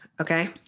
okay